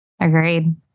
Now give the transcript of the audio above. Agreed